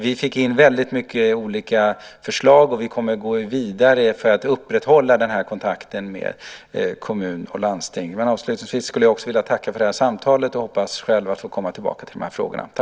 Vi fick in väldigt mycket olika förslag, och vi kommer att gå vidare för att upprätthålla den här kontakten med kommun och landsting. Avslutningsvis skulle jag också vilja tacka för det här samtalet. Jag hoppas själv på att få komma tillbaka till de här frågorna.